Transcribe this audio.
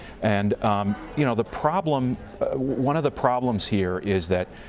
and you know the problem one of the problems here is that,